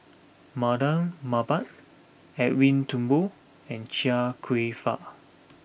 Mardan Mamat Edwin Thumboo and Chia Kwek Fah